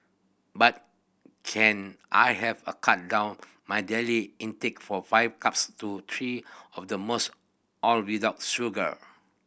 but can I have a cut down my daily intake from five cups to three of the most all without sugar